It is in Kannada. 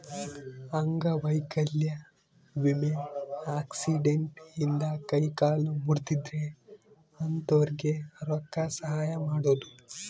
ಅಂಗವೈಕಲ್ಯ ವಿಮೆ ಆಕ್ಸಿಡೆಂಟ್ ಇಂದ ಕೈ ಕಾಲು ಮುರ್ದಿದ್ರೆ ಅಂತೊರ್ಗೆ ರೊಕ್ಕ ಸಹಾಯ ಮಾಡೋದು